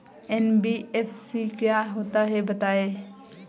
NBFC क्या होता है बताएँ?